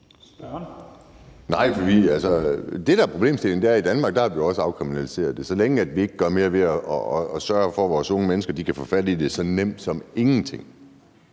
Nej, det, der er problemstillingen, er, at i Danmark har vi også afkriminaliseret det. Så længe vi ikke gør mere ved, at vores unge mennesker kan få fat i det så nemt som ingenting,